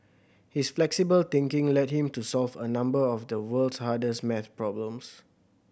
his flexible thinking led him to solve a number of the world's hardest maths problems